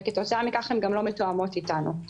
וכתוצאה מכך הן גם לא מתואמות איתנו.